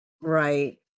Right